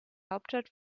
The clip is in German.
hauptstadt